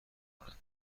کنند